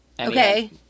Okay